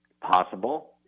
Possible